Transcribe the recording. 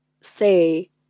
say